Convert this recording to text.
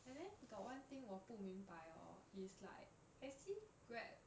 and then got one thing 我不明白 orh is like I see grab